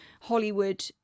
Hollywood